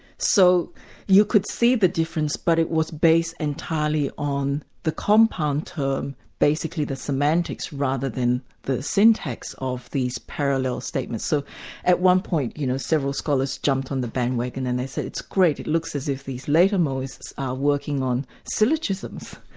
so you could see the difference, but it was based entirely on the compound term basically the semantics rather than the syntax of these parallel statements. so at one point, you know several scholars jumped on the bandwagon, and they said, it's great, it looks as if these later mohists are working on syllogisms.